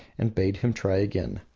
and bade him try again.